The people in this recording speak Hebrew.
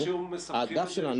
איכשהו מסבכים את זה